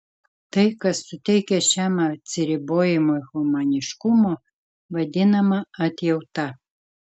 tai kas suteikia šiam atsiribojimui humaniškumo vadinama atjauta